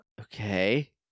Okay